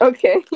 Okay